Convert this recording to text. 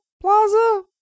Plaza